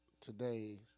today's